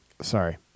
Sorry